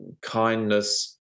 kindness